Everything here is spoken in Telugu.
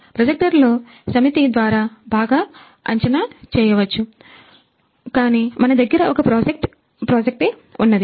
ప్రొజెక్టర్ లో సమితి ద్వారా బాగా అంచనా వేయవచ్చు కానీ మన దగ్గర ఒక్క ప్రాజెక్టు ఏ ఉన్నది